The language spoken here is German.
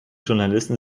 journalisten